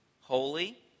holy